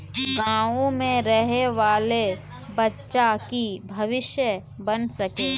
गाँव में रहे वाले बच्चा की भविष्य बन सके?